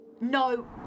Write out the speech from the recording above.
no